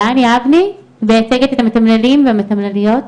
בוקר טוב,